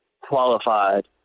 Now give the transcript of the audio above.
qualified